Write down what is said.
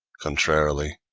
contrarily,